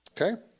Okay